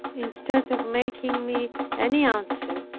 instead of making me any answer,